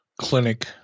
Clinic